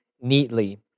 neatly